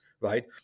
right